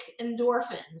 endorphins